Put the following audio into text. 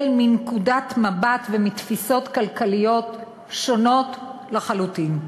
מנקודת מבט ומתפיסות כלכליות שונות לחלוטין.